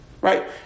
right